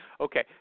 Okay